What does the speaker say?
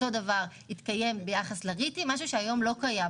אותו הדבר יתקיים ביחס לריטים משהו שהיום לא קיים.